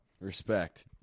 Respect